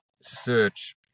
search